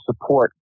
support